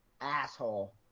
Asshole